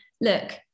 look